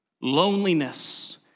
loneliness